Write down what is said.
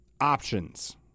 options